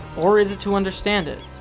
or is it to understand it?